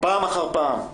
פעם אחר פעם,